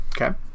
okay